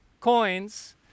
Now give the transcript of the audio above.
coins